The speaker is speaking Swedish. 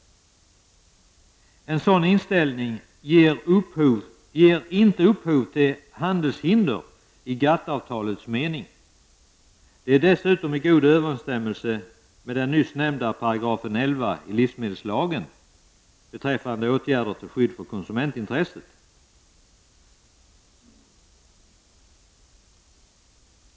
En sådan inställning ger inte upphov till handelshinder i GATT-avtalets mening. Det är dessutom i god överensstämmelse med den nyss nämnda 11 § livsmedelslagen beträffande åtgärder till skydd för konsumentintresset.